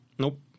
Nope